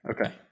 Okay